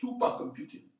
Supercomputing